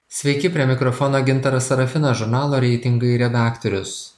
sveiki prie mikrofono gintaras serafinas žurnalo reitingai redaktorius